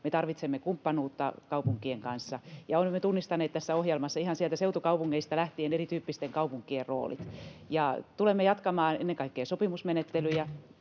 tarvitsemme kumppanuutta kaupunkien kanssa ja olemme tunnistaneet tässä ohjelmassa ihan sieltä seutukaupungeista lähtien erityyppisten kaupunkien roolit. Tulemme jatkamaan ennen kaikkea sopimusmenettelyjä.